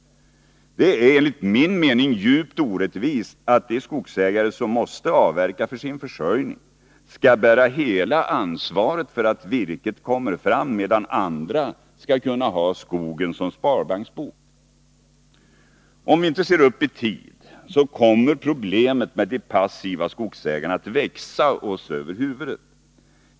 Det är enligt min mening djupt orättvist att de skogsägare som måste avverka för sin försörjning skall behöva bära hela ansvaret för att virket kommer fram, medan andra skall kunna ha skogen som sparbanksbok. Om vi inte ser upp i tid kommer problemet med de passiva skogsägarna att växa oss över huvudet.